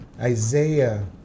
Isaiah